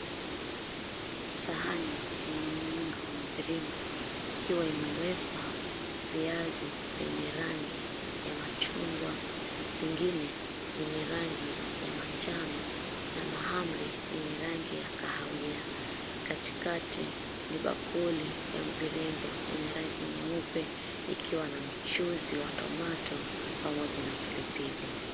Sahani yenye muundo wa mviringo, ikiwa imewekwa viazi zenye rangi ya machungwa, vingine vyenye rangi ya manjano, na mahamri yenye rangi ya kahawia. Katikati ni bakuli ya mviringo, yenye rangi nyeupe, ikiwa na mchuzi wa tomato , pamoja na pilipili.